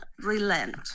relent